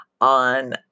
on